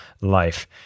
life